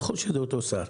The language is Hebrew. נכון שזה אותו שר.